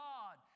God